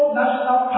national